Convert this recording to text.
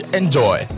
enjoy